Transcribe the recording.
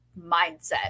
mindset